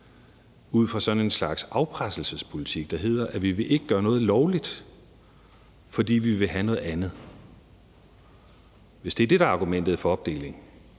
ud fra sådan en slags afpresningspolitik, der hedder, at de ikke vil gøre noget lovligt, fordi de vil have noget andet. Hvis det er det, der er argumentet for opdelingen,